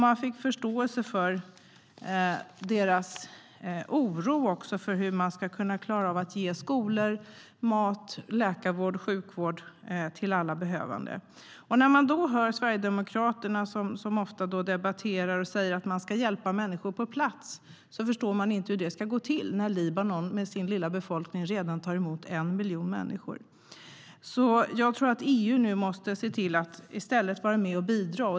Man fick förståelse för deras oro för hur de ska kunna klara av att ordna med skolor och ge mat, läkarvård och sjukvård till alla behövande. När man då hör Sverigedemokraterna som ofta i debatten säger att man ska hjälpa människor på plats förstår man inte hur det ska gå till när Libanon med sin lilla befolkning redan tar emot 1 miljon människor. Jag tror att EU nu måste se till att i stället vara med och bidra.